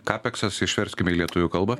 kapeksas išverskime į lietuvių kalbą